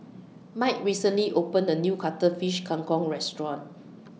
Mike recently opened A New Cuttlefish Kang Kong Restaurant